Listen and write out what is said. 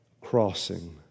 crossing